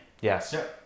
Yes